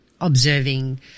observing